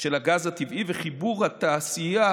של הגז הטבעי וחיבור התעשייה,